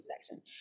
section